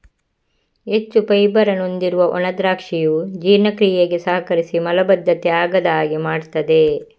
ಹೆಚ್ಚು ಫೈಬರ್ ಅನ್ನು ಹೊಂದಿರುವ ಒಣ ದ್ರಾಕ್ಷಿಯು ಜೀರ್ಣಕ್ರಿಯೆಗೆ ಸಹಕರಿಸಿ ಮಲಬದ್ಧತೆ ಆಗದ ಹಾಗೆ ಮಾಡ್ತದೆ